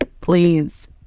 please